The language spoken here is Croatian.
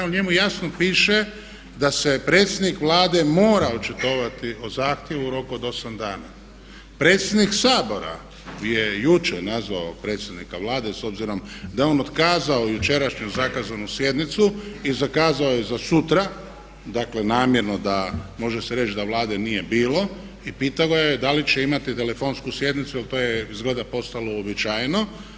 U njemu jasno piše da se predsjednik Vlade mora očitovati o zahtjevu u roku od 8 dana, predsjednik Sabora je jučer nazvao predsjednika Vlade s obzirom da je on otkazao jučerašnju zakazanu sjednicu i zakazao je za sutra, dakle namjerno da, može se reći da Vlade nije bilo i pitalo je da li će imati telefonsku sjednicu jer to je izgleda postalo uobičajeno.